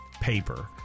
paper